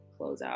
closeout